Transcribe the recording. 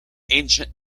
ancient